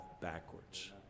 backwards